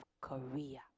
Korea